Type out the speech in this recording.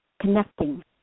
connecting